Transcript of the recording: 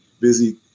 busy